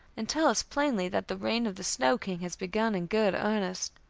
and tell us plainly that the reign of the snow-king has begun in good earnest.